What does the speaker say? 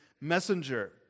messenger